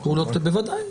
בוודאי.